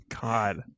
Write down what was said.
God